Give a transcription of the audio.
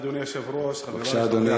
בבקשה, אדוני.